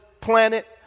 planet